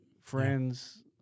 friends